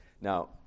Now